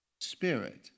Spirit